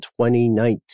2019